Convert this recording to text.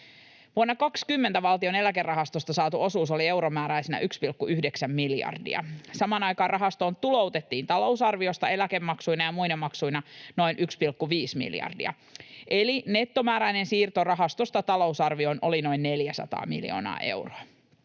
Vuonna 20 valtion eläkerahastosta saatu osuus oli euromääräisenä 1,9 miljardia. Samaan aikaan rahastoon tuloutettiin talousarviosta eläkemaksuina ja muina maksuina noin 1,5 miljardia, eli nettomääräinen siirto rahastosta talousarvioon oli noin 400 miljoonaa euroa.